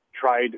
tried